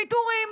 פיטורים.